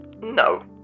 No